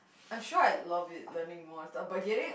I'm sure I'd love it learning more and stuff but getting